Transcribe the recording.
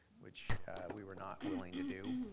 which we were not willing to do,